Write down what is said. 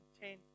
ten